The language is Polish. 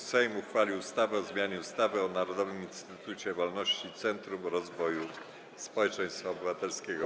Sejm uchwalił ustawę o zmianie ustawy o Narodowym Instytucie Wolności - Centrum Rozwoju Społeczeństwa Obywatelskiego.